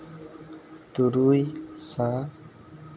ᱛᱩᱨᱩᱭ ᱥᱟ ᱼ